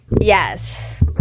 Yes